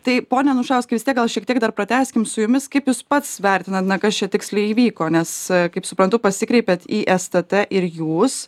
tai pone anušauskai vis tiek gal šiek tiek dar pratęskim su jumis kaip jūs pats vertinat na kas čia tiksliai įvyko nes kaip suprantu pasikreipėt į stt ir jūs